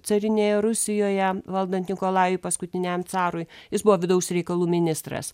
carinėje rusijoje valdant nikolajui paskutiniajam carui jis buvo vidaus reikalų ministras